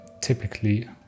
typically